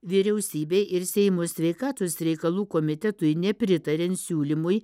vyriausybei ir seimo sveikatos reikalų komitetui nepritariant siūlymui